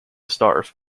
starve